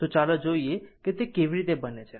તો ચાલો જોઈએ કે તે કેવી રીતે બને છે